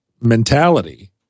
mentality